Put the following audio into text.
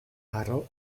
harro